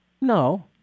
No